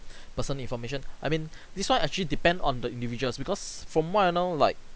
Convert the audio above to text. personal information I mean this one actually depend on the individuals because from what I know like